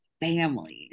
families